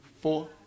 Four